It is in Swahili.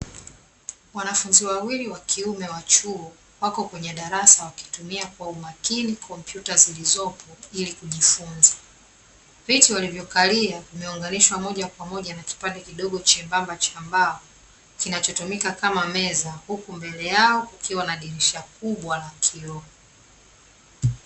Wanafunzi wawili wa kiume wa chuo, wako kwenye darasa wakitumia kwa umakini kompyuta zilizopo ili kujifunza. Viti walivyokalia vimeunganishwa moja kwa moja na kipande kidogo chembamba cha mbao kinachotumika kama meza, huku mbele yao kukiwa na dirisha kubwa la kioo.